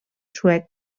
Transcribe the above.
suec